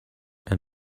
and